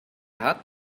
hat